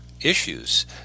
issues